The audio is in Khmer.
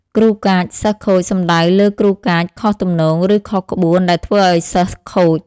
គ្រូកាច សិស្សខូច សំដៅលើគ្រូកាចខុសទំនងឬខុសក្បួនដែលធ្វើឲ្យសិស្សខូច។